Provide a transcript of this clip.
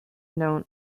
known